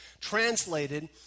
translated